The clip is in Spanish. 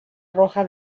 roja